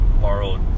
borrowed